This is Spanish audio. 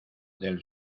del